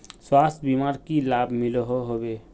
स्वास्थ्य बीमार की की लाभ मिलोहो होबे?